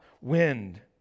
wind